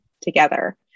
together